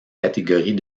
catégories